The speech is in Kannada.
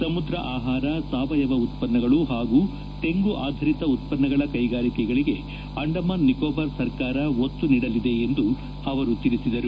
ಸಮುದ್ರ ಆಹಾರ ಸಾವಯವ ಉತ್ಸನ್ತಗಳು ಹಾಗೂ ತೆಂಗು ಆಧರಿತ ಉತ್ಸನ್ನಗಳ ಕೈಗಾರಿಕೆಗಳಿಗೆ ಅಂಡಮಾನ್ ನಿಕೋಬಾರ್ ಸರ್ಕಾರ ಒತ್ತು ನೀಡಲಿದೆ ಎಂದು ಅವರು ತಿಳಿಸಿದರು